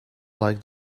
like